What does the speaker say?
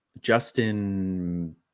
Justin